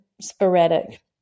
sporadic